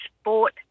sport